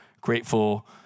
Grateful